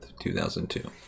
2002